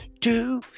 Two